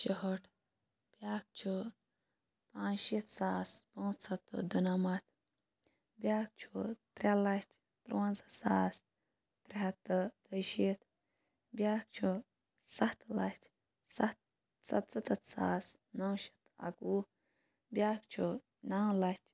شُہٲٹھ بیاکھ چھُ پانٛژھ شیٖتھ ساس پانٛژھ ہتھ تہٕ دُنَمَتھ بیاکھ چھُ ترٛےٚ لچھ تُرٛوَنزاہ ساس ترٛےٚ ہتھ تہٕ دۄیہِ شیٖتھ بیاکھ چھُ سَتھ لَچھ سَتھ سَتسَتَتھ ساس نو شیٚتھ اَکوُہ بیاکھ چھُ نَو لَچھ